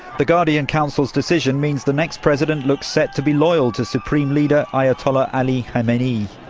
the guardian council's decision means the next president looks set to be loyal to supreme leader ayatollah ali khamenei.